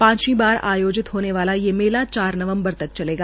पांचवी बार आयोजित होने वाला ये मलो चार नवम्बर तक चलेगा